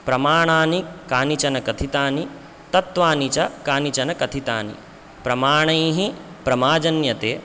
प्रमाणानि कानिचन कथितानि तत्वानि च कानिचन कथितानि प्रमाणैः प्रमा जन्यते